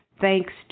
thanks